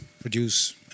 produce